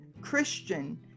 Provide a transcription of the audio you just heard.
Christian